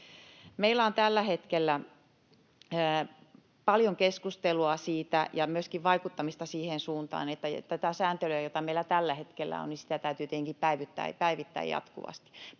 Meillä on tällä hetkellä paljon keskustelua siitä ja myöskin vaikuttamista siihen suuntaan, että tätä sääntelyä, jota meillä tällä hetkellä on, täytyy tietenkin päivittää jatkuvasti.